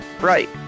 right